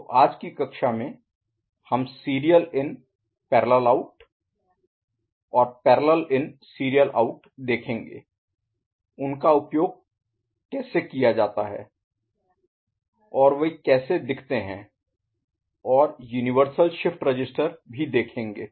तो आज की कक्षा में हम serial in parallel out SIPO और parallel in serial out PISO देखेंगे उनका उपयोग कैसे किया जाता है और वे कैसे दिखते हैं और यूनिवर्सल शिफ्ट रजिस्टर भी देखेंगे